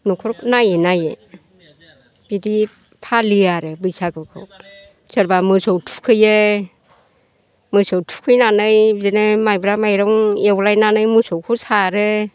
न'खर नायै नायै बिदि फालियो आरो बैसागुखौ सोरबा मोसौ थुखैयो मोसौ थुखैनानै बिदिनो माइब्रा माइरं एवलायनानै मोसौखौ सारो